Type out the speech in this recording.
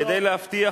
המשפטים.